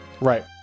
Right